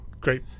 great